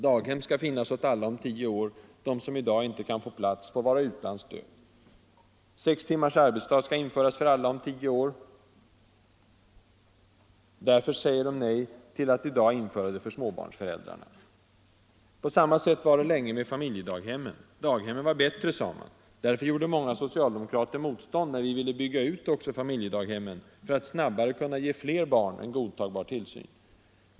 Daghem skall finnas åt alla om tio år — de som i dag inte kan få plats får vara utan stöd. Sex timmars arbetstid skall införas för alla om tio år — därför säger de nej till att i dag införa det för småbarnsföräldrarna. På samma sätt var det länge med familjedaghemmen. Daghemmen var bättre, sade man. Därför gjorde många socialdemokrater motstånd när vi ville bygga ut också familjedaghemmen för att snabbare kunna ge fler barn en godtagbar tillsyn.